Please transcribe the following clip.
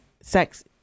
sex